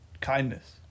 kindness